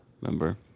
Remember